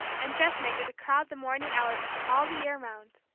and dressmaker to crowd the morning hours all the year round.